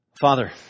Father